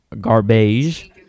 garbage